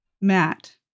Matt